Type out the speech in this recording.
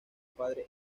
padre